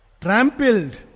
Trampled